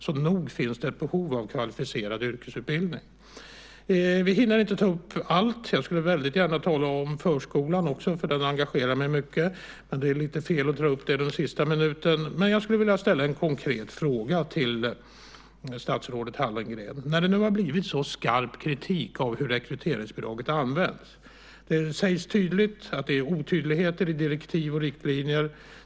Så nog finns det ett behov av kvalificerad yrkesutbildning. Vi hinner inte ta upp allt. Jag skulle väldigt gärna tala om förskolan också, för den engagerar mig mycket, men det är lite fel att dra upp den under den sista minuten. Men jag skulle vilja ställa en konkret fråga till statsrådet Hallengren när det nu har blivit så skarp kritik av hur rekryteringsbidraget används. Det sägs tydligt att det är otydligheter i direktiv och riktlinjer.